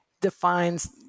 defines